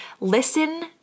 Listen